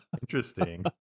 Interesting